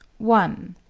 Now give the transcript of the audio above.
one